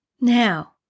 Now